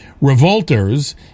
revolters